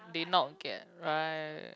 they not get right